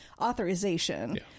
authorization